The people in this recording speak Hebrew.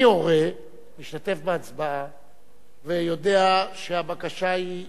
אני הורה, משתתף בהצבעה ויודע שהבקשה היא מעולה,